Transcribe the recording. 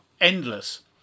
endless